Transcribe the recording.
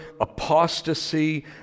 apostasy